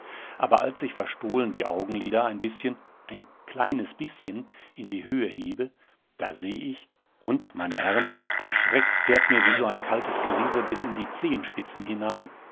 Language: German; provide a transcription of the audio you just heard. aber als ich verstohlen die augenlider ein bißchen ein kleines bißchen in die höhe hebe da seh ich und meine herren der schreck fährt mir wie so ein kaltes geriesel bis in die zehenspitzen hinein